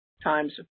Times